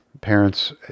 Parents